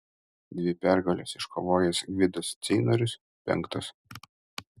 dvi pergales iškovojęs gvidas ceinorius penktas